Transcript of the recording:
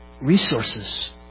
Resources